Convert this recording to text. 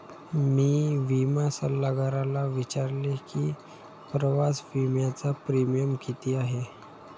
मी विमा सल्लागाराला विचारले की प्रवास विम्याचा प्रीमियम किती आहे?